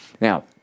Now